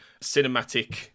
cinematic